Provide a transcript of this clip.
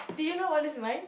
did you know what is mine